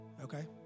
Okay